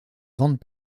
grandes